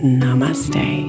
namaste